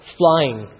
flying